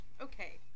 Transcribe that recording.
okay